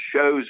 shows